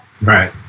Right